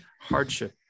hardship